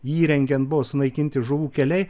įrengiant buvo sunaikinti žuvų keliai